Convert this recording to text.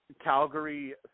Calgary